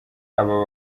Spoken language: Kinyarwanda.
aba